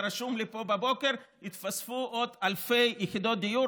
רשום לי פה בבוקר התווספו עוד אלפי יחידות דיור,